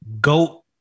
GOAT